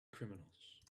criminals